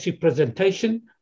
presentation